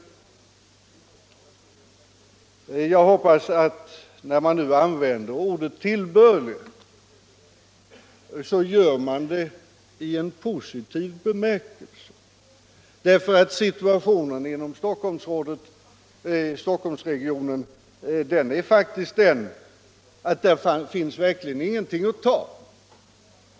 Jag hoppas att när man nu använder ordet tillbörlig så gör man det i en positiv bemärkelse, för situationen inom Stockholmsregionen är den att där finns faktiskt ingenting att ta.